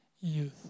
youth